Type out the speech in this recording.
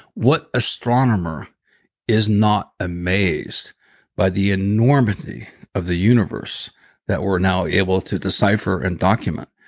what astronomer is not amazed by the enormity of the universe that we're now able to decipher and document.